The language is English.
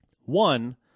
One